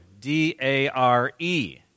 D-A-R-E